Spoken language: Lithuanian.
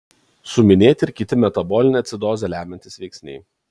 suminėti ir kiti metabolinę acidozę lemiantys veiksniai